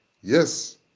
Yes